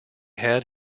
had